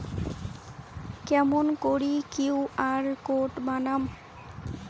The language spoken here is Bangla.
কেমন করি কিউ.আর কোড বানাম?